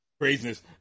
Craziness